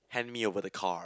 hand me over the car